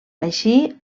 així